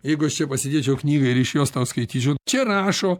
jeigu aš čia pasidėčiau knygą ir iš jos tau skaityčiau čia rašo